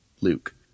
Luke